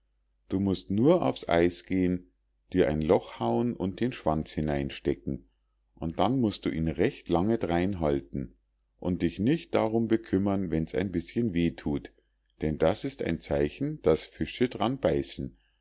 du musst nur aufs eis gehen dir ein loch hauen und den schwanz hineinstecken und dann musst du ihn recht lange drein halten und dich nicht darum bekümmern wenn's ein bischen weh thut denn das ist ein zeichen daß fische dran beißen